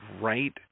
right